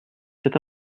cet